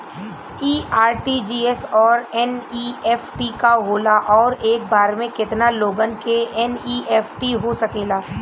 इ आर.टी.जी.एस और एन.ई.एफ.टी का होला और एक बार में केतना लोगन के एन.ई.एफ.टी हो सकेला?